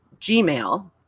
Gmail